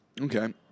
Okay